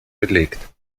belegt